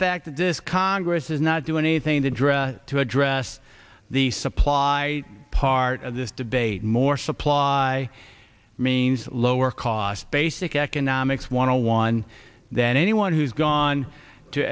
fact that this congress is not doing anything to address to address the supply part of this debate more supply means lower cost basic economics one hundred one that anyone who's gone to